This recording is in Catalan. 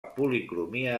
policromia